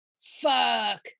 fuck